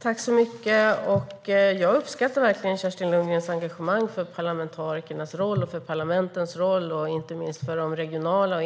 Fru talman! Jag uppskattar verkligen Kerstin Lundgrens engagemang för parlamentarikernas roll, för parlamentens roll och inte minst för de regionala och